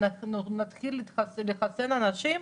ונתחיל לחסן אנשים,